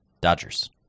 Dodgers